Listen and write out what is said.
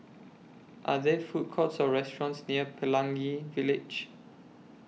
Are There Food Courts Or restaurants near Pelangi Village